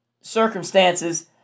circumstances